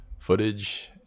footage